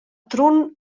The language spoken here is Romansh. trun